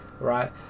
right